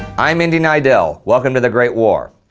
i'm indy neidell welcome to the great war.